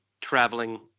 traveling